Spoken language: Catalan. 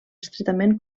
estretament